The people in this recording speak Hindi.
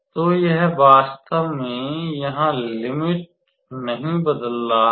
तो यह वास्तव में यहाँ लिमिट नहीं बदल रहा है